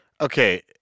Okay